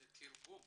לתרגום